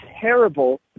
terrible